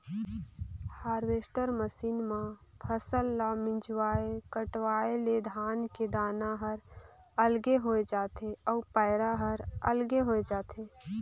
harvester machine म फसल ल मिंजवाय कटवाय ले धान के दाना हर अलगे होय जाथे अउ पैरा हर अलगे होय जाथे